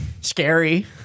Scary